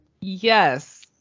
Yes